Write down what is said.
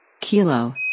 Kilo